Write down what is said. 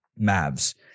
Mavs